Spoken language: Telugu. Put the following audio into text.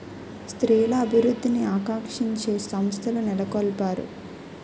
స్త్రీల అభివృద్ధిని ఆకాంక్షించే సంస్థలు నెలకొల్పారు